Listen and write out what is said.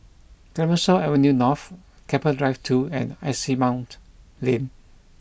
Clemenceau Avenue North Keppel Drive two and Asimont Lane